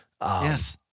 Yes